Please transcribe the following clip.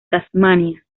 tasmania